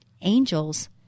angels